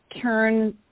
turn